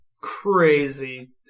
crazy